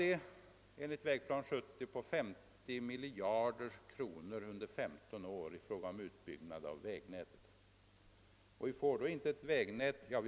Enligt vägplan 70 skulle kostnaderna för utbyggnaden av vägnätet under samma tid uppgå till 50 miljarder kronor.